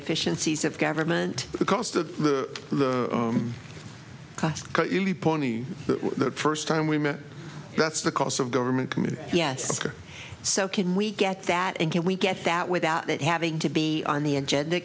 efficiencies of government the cost of the cost that first time we met that's the cost of government yes so can we get that and can we get that without it having to be on the agenda